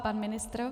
Pan ministr.